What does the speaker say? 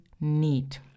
need